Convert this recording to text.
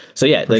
so yeah, like